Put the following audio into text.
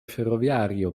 ferroviario